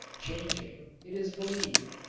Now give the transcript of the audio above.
changing, it is believed,